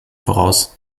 voraus